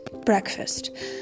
breakfast